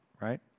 right